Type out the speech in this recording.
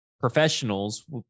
professionals